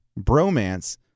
bromance